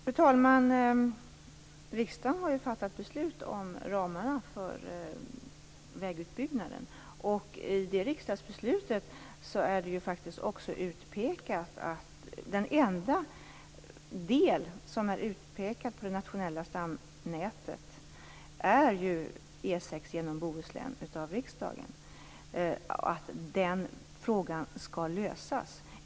Fru talman! Riksdagen har fattat beslut om ramarna för vägutbyggnaden. I det riksdagsbeslutet är den enda del på det nationella stamnätet som är utpekad E 6 genom Bohuslän. Den frågan skall lösas.